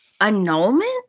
annulment